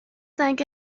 زنگ